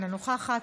אינה נוכחת,